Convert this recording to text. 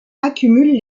accumule